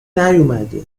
نیومده